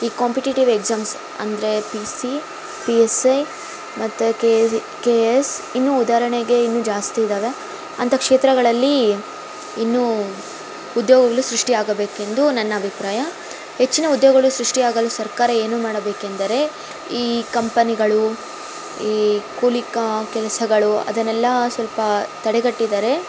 ಈ competitive exams ಅಂದರೆ P C P S I ಮತ್ತೆ ಕೆ ಕೆ ಎಸ್ ಇನ್ನು ಉದಾರಣೆಗೆ ಇನ್ನೂ ಜಾಸ್ತಿ ಇದ್ದಾವೆ ಅಂತ ಕ್ಷೇತ್ರಗಳಲ್ಲಿ ಇನ್ನೂ ಉದ್ಯೋಗಗಳು ಸೃಷ್ಟಿಯಾಗಬೇಕೆಂದು ನನ್ನಭಿಪ್ರಾಯ ಹೆಚ್ಚಿನ ಉದ್ಯೋಗಗಳು ಸೃಷ್ಟಿಯಾಗಲು ಸರ್ಕಾರ ಏನು ಮಾಡಬೇಕೆಂದರೆ ಈ ಕಂಪನಿಗಳು ಈ ಕೂಲಿ ಕಾ ಕೆಲಸಗಳು ಅದನ್ನೆಲ್ಲ ಸ್ವಲ್ಪ ತಡೆಗಟ್ಟಿದರೆ